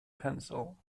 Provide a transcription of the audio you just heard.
pencil